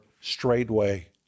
straightway